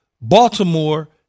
Baltimore